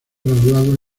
graduado